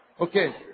Okay